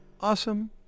awesome